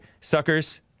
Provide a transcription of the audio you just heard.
suckers